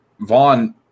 vaughn